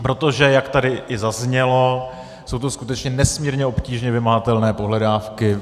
Protože jak tady i zaznělo, jsou to skutečně nesmírně obtížně vymahatelné pohledávky.